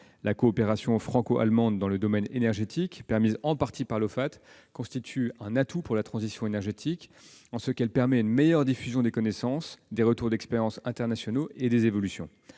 La coopération franco-allemande dans le domaine énergétique, permise en partie par l'Ofate, constitue un atout pour la transition énergétique en ce qu'elle permet une meilleure diffusion des connaissances, des retours d'expériences internationaux et des évolutions.